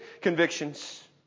convictions